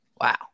Wow